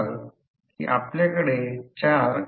तर ही गोष्ट हेच आहे जे समजले आहे